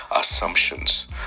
assumptions